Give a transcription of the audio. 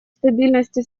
стабильности